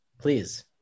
Please